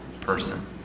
person